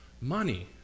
money